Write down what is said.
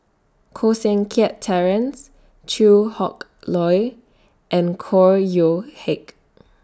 Koh Seng Kiat Terence Chew Hock Leong and Chor Yeok Heck